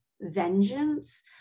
vengeance